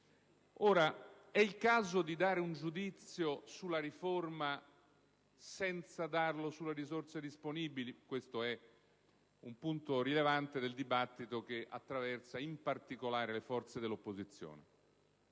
Ora, è il caso di dare un giudizio sulla riforma senza darlo sulle risorse disponibili? Questo è un punto rilevante del dibattito che attraversa in particolare le forze dell'opposizione.